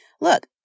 Look